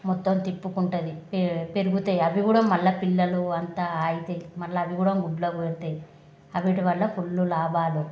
మొత్తం తిప్పుకుంటుంది పె పెరుగుతాయి అవి కూడా మళ్ళా పిల్లలు అంతా ఆవుతాయి మళ్ళా అవి కూడా గుడ్లకు పెడతాయి వీటి వల్ల ఫుల్లు లాభాలు